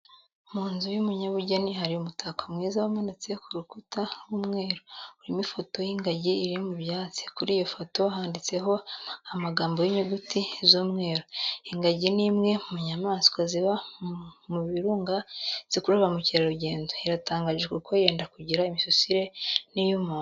Mu nzu y'umunyabugeni hari umutako mwiza umanitse ku rukuta rw'umweru, urimo ifoto y'ingagi iri mu byatsi, kuri iyo foto handitseho amagambo mu nyuguti z'umweru. Ingagi ni imwe mu nyamaswa ziba mu birunga zikurura ba mukerarugendo, iratangaje kuko yenda kugira imisusire n'iy'umuntu.